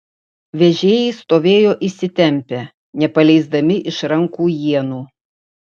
vežėjai stovėjo įsitempę nepaleisdami iš rankų ienų